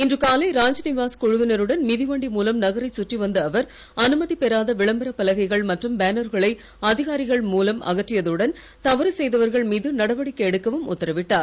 இன்று காலை ராத்நிவாஸ் குழுவினருடன் மிதிவண்டி மூலம் நகரைச் கற்றிவந்த அவர் அனுமதி பெறாத விளம்பரப் பலகைகள் மற்றும் பேனர்களை அதிகாரிகள் மூலம் அகற்றியதுடன் தவறு செய்தவர்கள் மீது நடவடிக்கை எடுக்கவும் உத்தரவிட்டார்